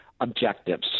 Objectives